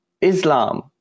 Islam